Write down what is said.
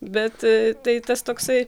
bet tai tas toksai